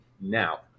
Now